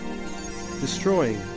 destroying